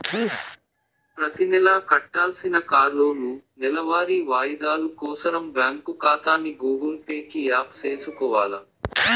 ప్రతినెలా కట్టాల్సిన కార్లోనూ, నెలవారీ వాయిదాలు కోసరం బ్యాంకు కాతాని గూగుల్ పే కి యాప్ సేసుకొవాల